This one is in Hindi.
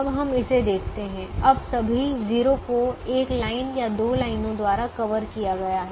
अब हम इसे देखते हैं अब सभी 0 को एक लाइन या दो लाइनों द्वारा कवर किया गया है